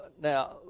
now